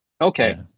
Okay